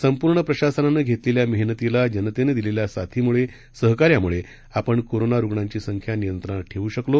संपूर्णप्रशासनानंघेतलेल्यामेहनतीलाजनतेनंदिलेल्यासाथीमुळे सहकार्याम्ळेआपणकोरोनारुग्णांचीसंख्यानियंत्रणातठेऊशकलो